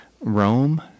Rome